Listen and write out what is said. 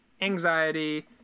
anxiety